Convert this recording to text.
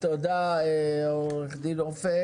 תודה עורך דין אופק.